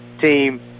team